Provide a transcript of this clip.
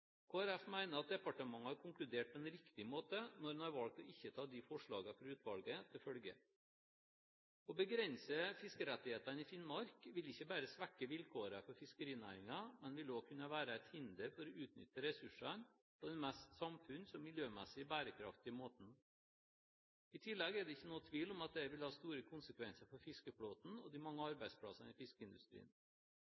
at departementet har konkludert på en riktig måte når en har valgt ikke å ta disse forslagene fra utvalget til følge. Å begrense fiskerettighetene i Finnmark vil ikke bare svekke vilkårene for fiskerinæringen, men vil også kunne være et hinder for å utnytte ressursene på den mest samfunns- og miljømessig bærekraftige måten. I tillegg er det ingen tvil om at dette vil ha store konsekvenser for fiskeflåten og de mange